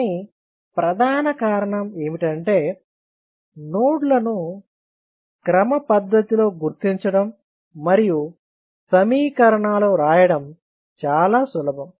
కానీ ప్రధాన కారణం ఏమిటంటే నోడ్లను క్రమపద్ధతిలో గుర్తించడం మరియు సమీకరణాలను వ్రాయడం చాలా సులభం